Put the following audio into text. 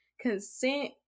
consent